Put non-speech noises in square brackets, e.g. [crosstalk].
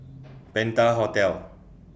[noise] Penta Hotel